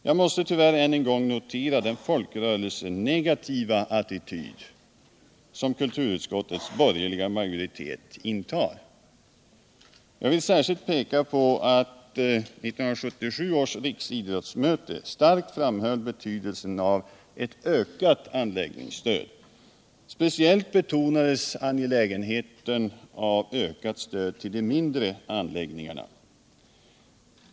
Jag måste tyvärr än en gång notera den folkrörelsenegativa attityd som kulturutskottets borgerliga majoritet intar. Jag vill särskilt peka på att 1977 års riksidrottsmöte starkt framhöll betydelsen av ett ökat anläggningsstöd. Speciellt betonades angelägenheten av ökat stöd till de mindre anläggningarna.